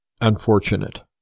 unfortunate